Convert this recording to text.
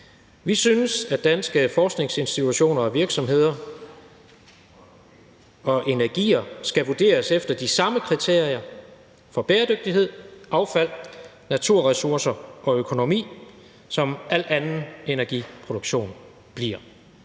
Vi synes, at danske forskningsinstitutioner og virksomheder og energier skal vurderes efter de samme kriterier for bæredygtighed, affald, naturressourcer og økonomi, som al anden energiproduktion bliver.